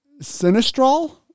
Sinistral